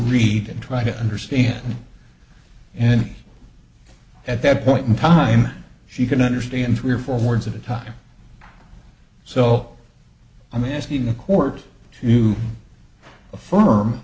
read and try to understand and at that point in time she can understand three or four words at a time so i'm asking the court to affirm